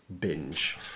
binge